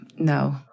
No